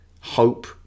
hope